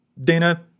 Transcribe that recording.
dana